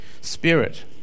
Spirit